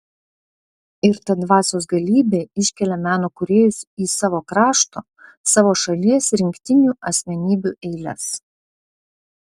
ir ta dvasios galybė iškelia meno kūrėjus į savo krašto savo šalies rinktinių asmenybių eiles